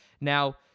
Now